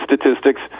statistics